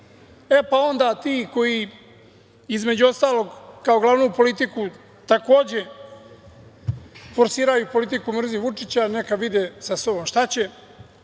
pa onda ti koji, između ostalog, kao glavnu politiku takođe forsiraju politiku – mrzim Vučića, neka vide sa sobom šta će.